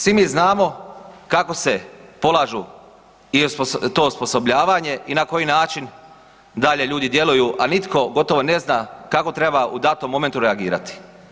Svi mi znamo kako se polaže to osposobljavanje i na koji način dalje ljudi djeluju, a nitko gotovo ne zna kako treba u datom momentu reagirati.